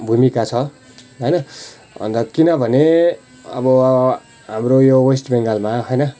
भुमिका छ होइन अन्त किनभने अब हाम्रो यो वेस्ट बेङ्गालमा होइन